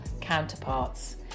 counterparts